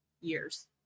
years